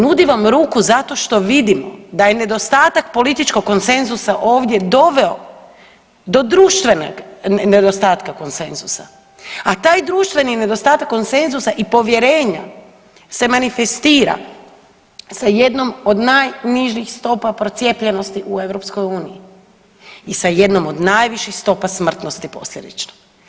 Nudi vam ruku zato što vidimo da je nedostatak političkog konsenzusa ovdje doveo do društvenog nedostatka konsenzusa, a taj društveni nedostatak konsenzusa i povjerenja se manifestira sa jednom od najnižih stopa procijepljenosti u EU i sa jednom od najviših stopa smrtnosti posljedično.